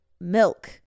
milk